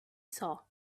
saw